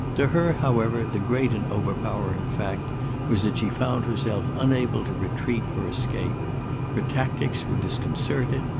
to her, however, the great and overpowering fact was that she found herself unable to retreat or escape her tactics were disconcerted,